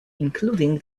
including